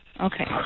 Okay